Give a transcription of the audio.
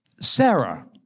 Sarah